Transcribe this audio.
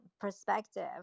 perspective